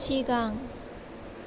सिगां